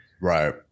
Right